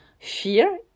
fear